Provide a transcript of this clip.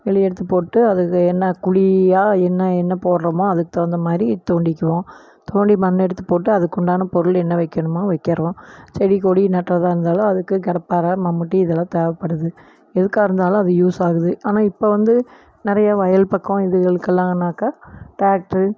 வெளியே எடுத்து போட்டுவிட்டு அது என்ன குழியா என்ன என்ன போடுறோமோ அதுக்கு தகுந்தமாதிரி தோண்டிக்குவோம் தோண்டி மண் எடுத்து போட்டு அதுக்கு உண்டான பொருள் என்ன வைக்கணுமோ வைக்கறோம் செடி கொடி நடுறதா இருந்தாலும் அதுக்கு கடப்பாரை மம்முட்டி இதெல்லாம் தேவைப்படுது எதுக்காக இருந்தாலும் அது யூஸ் ஆகுது ஆனால் இப்போ வந்து நிறைய வயல் பக்கம் இதுகளுக்கெல்லான்னாக்கால் டிராக்டரு